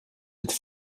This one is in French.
êtes